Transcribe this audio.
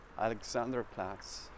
Alexanderplatz